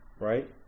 right